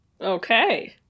Okay